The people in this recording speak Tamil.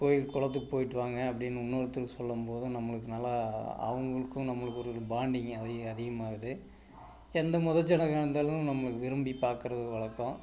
கோயில் குளத்துக்கு போயிட்டு வாங்க அப்படின்னு இன்னொருத்தங்க சொல்லும் போதும் நம்பளுக்கு நல்லா அவங்களுக்கும் நம்பளுக்கும் ஒரு பாண்டிங்கு அதி அதிகமாகுது எந்த மொதல் சடங்காக இருந்தாலும் நம்பளுக்கு விரும்பி பார்க்குறது வழக்கம்